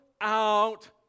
out